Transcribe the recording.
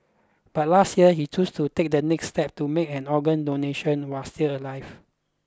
but last year he chose to take the next step to make an organ donation while still alive